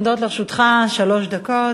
עומדות לרשותך שלוש דקות.